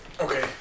Okay